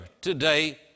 today